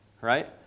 right